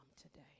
today